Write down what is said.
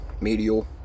medial